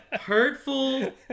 hurtful